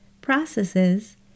processes